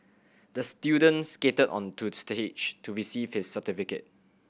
the student skated onto the stage to receive his certificate